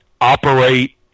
operate